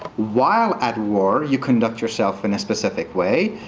while at war, you conduct yourself in a specific way.